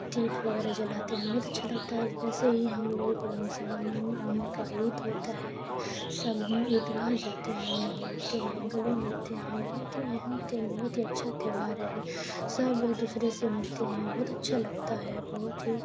دیپ وغیرہ جلاتے ہیں بہت اچھا لگتا ہے ویسے ہی ہم لوگ رمضان کا عید ہوتا ہے سب عید گاہ جاتے ہیں مناتے ہیں گلے ملتے ہیں بہت ہی اہم بہت ہی اچھا تیوہار ہے سب ایک دوسرے سے ملتے ہیں بہت اچھا لگتا ہے بہت ہی